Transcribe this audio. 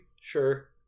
Sure